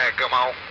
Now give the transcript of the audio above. ah come on.